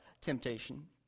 temptation